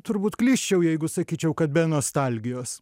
turbūt klysčiau jeigu sakyčiau kad be nostalgijos